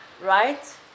right